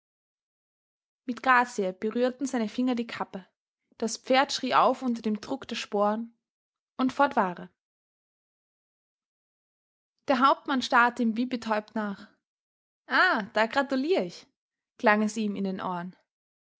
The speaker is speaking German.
mit grazie berührten seine finger die kappe das pferd schrie auf unter dem druck der sporen und fort war er der hauptmann starrte ihm wie betäubt nach aa da gratulier ich klang es ihm in den ohren